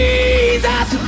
Jesus